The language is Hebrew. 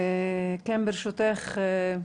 ברשותך.